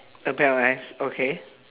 a pair of eyes okay